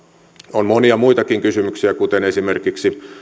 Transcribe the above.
on monia muitakin kysymyksiä kuten esimerkiksi